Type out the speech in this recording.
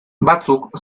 batzuk